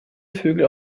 vögel